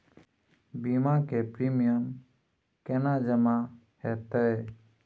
बीमा के प्रीमियम केना जमा हेते?